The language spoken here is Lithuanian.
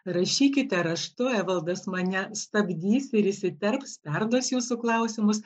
rašykite raštu evaldas mane stabdys ir įsiterps perduos jūsų klausimus